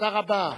תודה רבה.